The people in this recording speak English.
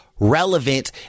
relevant